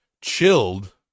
chilled